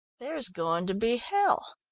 there's going to be hell!